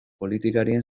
politikarien